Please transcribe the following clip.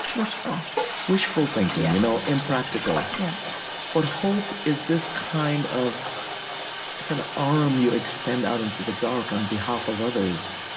wishful wishful thinking, you know impractical yeah but hope is this kind of it's an arm you extend out into the dark on behalf of others.